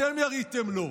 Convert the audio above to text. אתם יריתם לו.